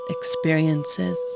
experiences